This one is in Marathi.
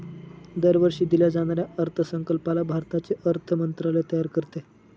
दरवर्षी दिल्या जाणाऱ्या अर्थसंकल्पाला भारताचे अर्थ मंत्रालय तयार करते